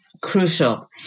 crucial